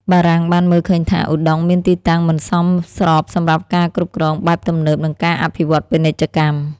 បារាំងបានមើលឃើញថា ឧដុង្គមានទីតាំងមិនសមស្របសម្រាប់ការគ្រប់គ្រងបែបទំនើបនិងការអភិវឌ្ឍន៍ពាណិជ្ជកម្ម។